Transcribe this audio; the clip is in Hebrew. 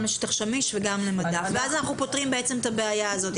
גם לשטח שמיש וגם למדף ואז אנחנו פותרים את הבעיה הזאת.